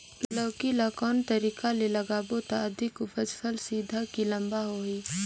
लौकी ल कौन तरीका ले लगाबो त अधिक उपज फल सीधा की लम्बा होही?